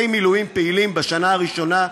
מילואים פעילים בשנה הראשונה לפעילותם,